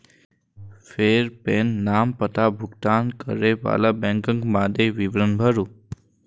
फेर पेन, नाम, पता, भुगतान करै बला बैंकक मादे विवरण भरू